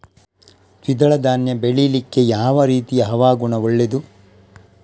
ದ್ವಿದಳ ಧಾನ್ಯ ಬೆಳೀಲಿಕ್ಕೆ ಯಾವ ರೀತಿಯ ಹವಾಗುಣ ಒಳ್ಳೆದು?